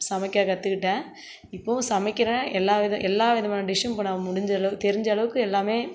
சமைக்க கத்துக்கிட்டேன் இப்பவும் சமைக்கிறேன் எல்லா வித எல்லா விதமான டிஷ்சும் இப்போ நான் முடிஞ்ச அளவு தெரிஞ்ச அளவுக்கு எல்லாமே